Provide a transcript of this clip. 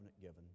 given